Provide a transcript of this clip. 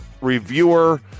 reviewer